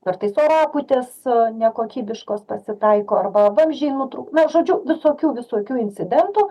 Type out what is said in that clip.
kartais orapūtės a nekokybiškos pasitaiko arba vamzdžiai nutru na žodžiu visokių visokių incidentų